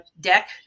deck